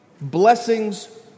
blessings